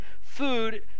food